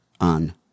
on